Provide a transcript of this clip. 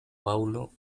paulo